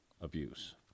abuse